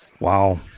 Wow